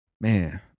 Man